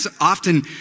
often